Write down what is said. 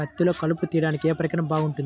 పత్తిలో కలుపు తీయడానికి ఏ పరికరం బాగుంటుంది?